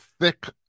thick